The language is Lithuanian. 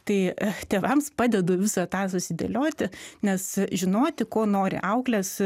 tai tėvams padedu visą tą susidėlioti nes žinoti ko nori auklės